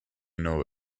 know